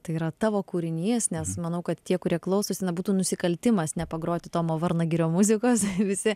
tai yra tavo kūrinys nes manau kad tie kurie klausosi na būtų nusikaltimas nepagroti tomo varnagirio muzikos visi